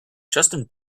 justin